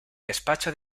despacho